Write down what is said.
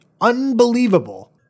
Unbelievable